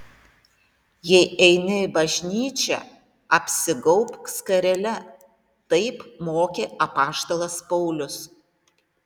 jei eini į bažnyčią apsigaubk skarele taip mokė apaštalas paulius